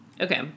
okay